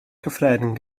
cyffredin